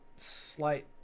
Slight